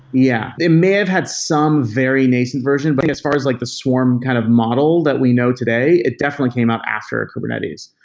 yeah. it may have had some very nascent version, but as far as like the swarm kind of model that we know today, it definitely came out after kubernetes.